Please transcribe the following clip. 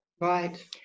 Right